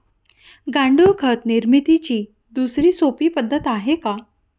गांडूळ खत निर्मितीची दुसरी सोपी पद्धत आहे का?